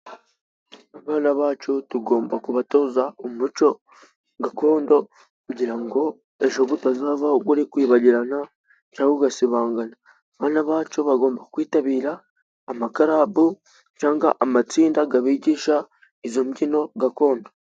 Abana bacu tugomba kubatoza umuco gakondo， kugira ngo ejo utazavaho uri kwibagirana， cyangwa ugasibangana. Abana bacu bagomba kwitabira amakarabu， cyangwa amatsinda abigisha， izo mbyino gakondo.